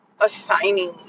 assigning